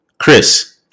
Chris